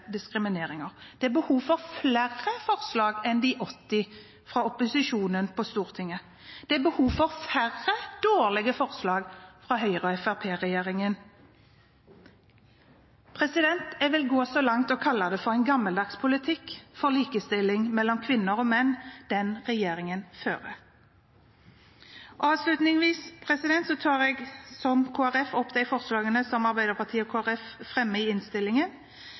Det er behov for flere forslag enn de 80 fra opposisjonen på Stortinget. Det er behov for færre dårlige forslag fra Høyre–Fremskrittsparti-regjeringen. Jeg vil gå så langt som å kalle det gammeldags politikk, den politikken regjeringen fører for likestilling mellom kvinner og menn. Jeg vil avslutningsvis gjøre presidenten oppmerksom på at forslagene nr. 4–6, fra Venstre, som